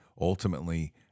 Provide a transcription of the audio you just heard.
ultimately